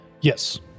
Yes